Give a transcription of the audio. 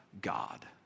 God